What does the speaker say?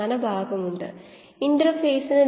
YxS രണ്ടു ഭാഗത്തു നിന്നും ഒഴിവാക്കാം